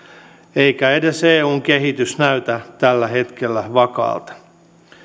eikä edes eun kehitys näytä tällä hetkellä vakaalta